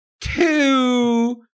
Two